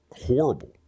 horrible